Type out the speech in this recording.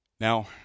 Now